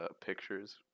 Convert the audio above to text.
pictures